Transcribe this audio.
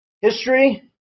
history